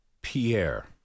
Pierre